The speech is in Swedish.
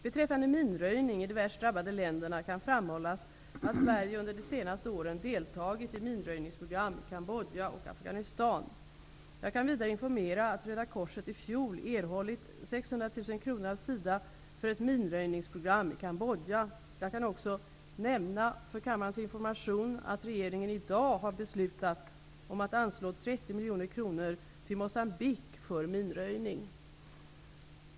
Beträffande minröjning i de värst drabbade länderna kan framhållas att Sverige under de senaste åren deltagit i minröjningsprogram i Jag kan vidare informera om att Röda korset i fjol erhöll 600 000 kronor från SIDA för ett minröjningsprogram i Kambodja. Jag kan också nämna för kammarens information att regeringen i dag har beslutat anslå 30 mkr till Moçambique för minröjning.